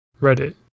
reddit